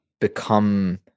Become